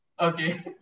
Okay